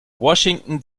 washington